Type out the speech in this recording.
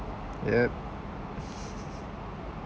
yup